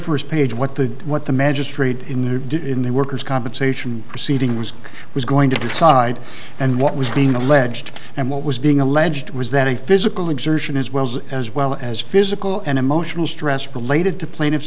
first page what the what the magistrate in new did in the worker's compensation proceeding was was going to decide and what was being alleged and what was being alleged was that a physical exertion as well as well as physical and emotional stress related to plaintiff